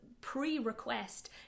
pre-request